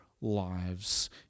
lives